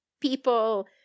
people